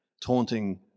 taunting